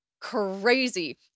crazy